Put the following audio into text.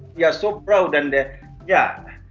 yeah so proud and yeah.